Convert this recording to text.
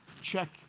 check